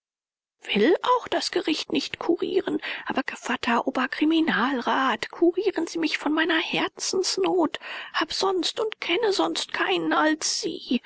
will auch das gericht nicht kurieren aber gevatter oberkriminalrat kurieren sie mich von meiner herzensnot habe sonst und kenne sonst keinen als sie